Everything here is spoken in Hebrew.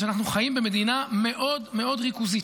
שאנחנו חיים במדינה מאוד מאוד ריכוזית.